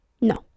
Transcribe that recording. No